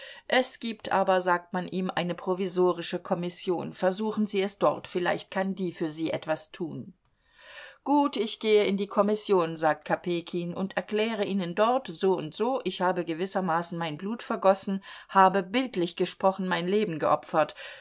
es gibt aber sagt man ihm eine provisorische kommission versuchen sie es dort vielleicht kann die für sie etwas tun gut ich gehe in die kommission sagt kopejkin und erkläre ihnen dort soundso ich habe gewissermaßen mein blut vergossen habe bildlich gesprochen mein leben geopfert